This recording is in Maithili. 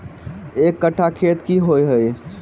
एक कट्ठा खेत की होइ छै?